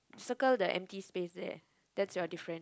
circle the empty space there that's your different